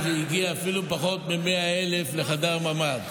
וזה היה אפילו פחות מ-100,000 לחדר ממ"ד,